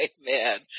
Amen